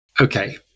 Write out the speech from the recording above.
Okay